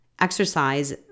Exercise